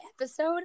episode